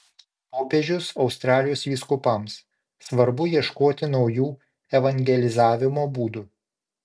popiežius australijos vyskupams svarbu ieškoti naujų evangelizavimo būdų